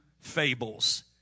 fables